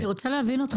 אני רוצה להבין אותך.